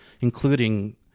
including